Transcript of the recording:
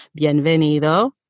bienvenido